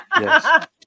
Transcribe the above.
Yes